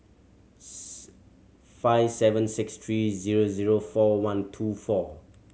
five seven six three zero zero four one two four